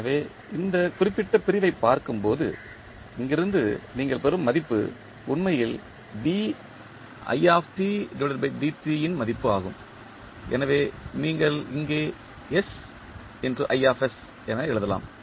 எனவே இந்த குறிப்பிட்ட பிரிவைப் பார்க்கும்போது இங்கிருந்து நீங்கள் பெறும் மதிப்பு உண்மையில் யின் மதிப்பு ஆகும் எனவே நீங்கள் இங்கே எழுதலாம்